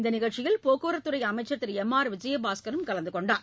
இந்த நிகழ்ச்சியில் போக்குவரத்துத்துறை அமைச்சர் திரு எம் ஆர் விஜயபாஸ்கள் கலந்துகொண்டார்